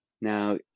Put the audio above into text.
Now